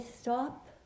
stop